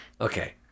Okay